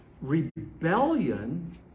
Rebellion